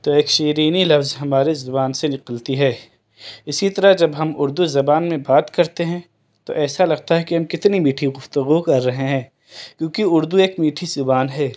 تو ایک شیرینی لفظ ہمارے زبان سے نکلتی ہے اسی طرح جب ہم اردو زبان میں بات کرتے ہیں تو ایسا لگتا ہے کہ ہم کتنی میٹھی گفتگو کر رہے ہیں کیونکہ اردو ایک میٹھی زبان ہے